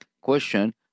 question